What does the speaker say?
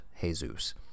Jesus